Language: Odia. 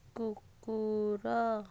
କୁକୁର